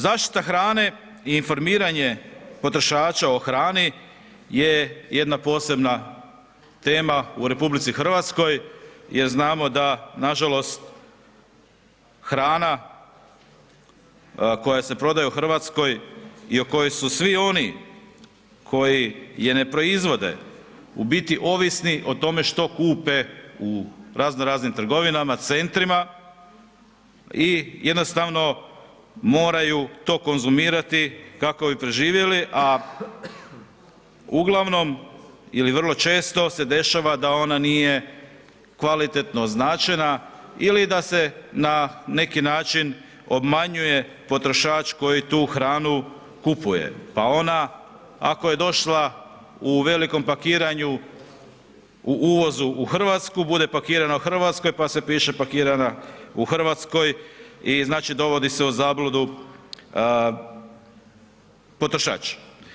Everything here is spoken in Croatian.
Zaštita hrane i informiranje potrošača o hrani je jedna posebna tema u RH jer znamo da nažalost hrana koja se prodaje u Hrvatskoj i o kojoj su svi oni koji je ne proizvode u biti ovisni o tome što kupe u razno raznim trgovinama, centrima, i jednostavno moraju to konzumirati kako bi preživjeli, a uglavnom ili vrlo često se dešava da ona nije kvalitetno označena ili da se na neki način obmanjuje potrošač koji tu hranu kupuje, pa ona ako je došla u velikom pakiranju u uvozu u Hrvatsku bude pakirana u Hrvatskoj pa se piše pakirana u Hrvatskoj i znači dovodi se u zabludu potrošač.